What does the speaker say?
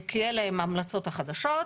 כי אלה הן ההמלצות החדשות.